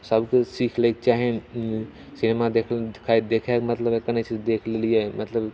सब किछु सीख लैके चाही सिनेमा देखैत देखैत मतलब एतऽ नहि छै जे देखि लेलिए मतलब